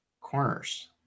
Corners